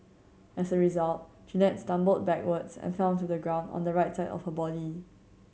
as a result Jeannette stumbled backwards and fell to the ground on the right side of her body